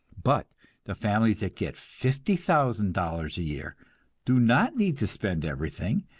but the families that get fifty thousand dollars a year do not need to spend everything,